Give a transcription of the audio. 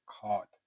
caught